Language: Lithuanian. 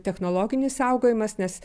technologinis saugojimas nes